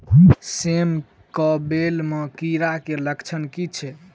सेम कऽ बेल म कीड़ा केँ लक्षण की छै?